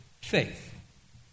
faith